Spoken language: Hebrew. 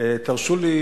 תרשו לי,